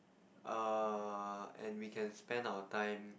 err and we can spend our time